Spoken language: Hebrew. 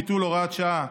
ביטול הוראת שעה),